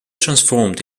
transformed